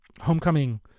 Homecoming